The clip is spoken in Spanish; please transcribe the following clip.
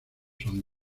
son